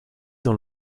dans